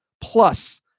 plus